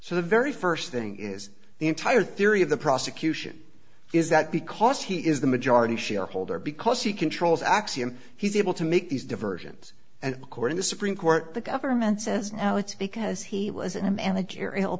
so the very first thing is the entire theory of the prosecution is that because he is the majority shareholder because he controls axiom he's able to make these diversions and according to supreme court the government says now it's because he was in a managerial